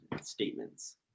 statements